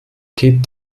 geht